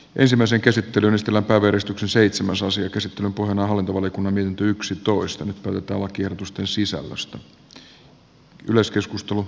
ensimmäisen käsittelyn estellä päivystyksen seitsemän soosia käsittelyn pohjana on hallintovaliokunnan mietintö